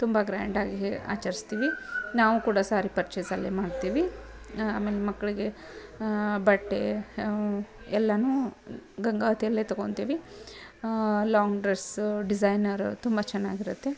ತುಂಬ ಗ್ರ್ಯಾಂಡಾಗಿ ಆಚರಿಸ್ತೀವಿ ನಾವೂ ಕೂಡ ಸಾರಿ ಪರ್ಚೇಸ್ ಅಲ್ಲೇ ಮಾಡ್ತೀವಿ ಆಮೇಲೆ ಮಕ್ಕಳಿಗೆ ಬಟ್ಟೆ ಎಲ್ಲನೂ ಗಂಗಾವತಿಯಲ್ಲೇ ತಗೊತಿವಿ ಲಾಂಗ್ ಡ್ರಸ್ಸು ಡಿಸೈನರು ತುಂಬ ಚೆನ್ನಾಗಿರುತ್ತೆ